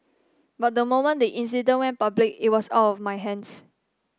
but the moment the incident went public it was out of my hands